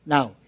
Now